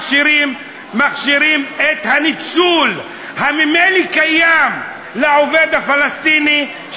מכשירים את הניצול שממילא קיים כלפי העובד הפלסטיני,